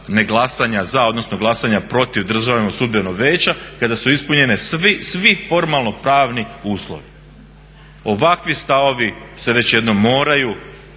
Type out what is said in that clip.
neglasanja za, odnosno glasanja protiv Državnog sudbenog vijeća kada su ispunjeni svi formalno pravni uslovi. Ovakvi stavovi se već jednom moraju